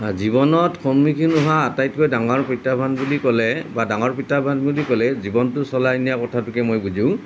জীৱনত সন্মুখীন হোৱা আটাইতকৈ ডাঙৰ প্ৰত্যাহ্বান বুলি ক'লে বা ডাঙৰ প্ৰত্যাহ্বান বুলি ক'লে জীৱনটো চলাই নিয়াৰ কথাটোকে মই বুজো